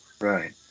Right